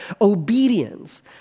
obedience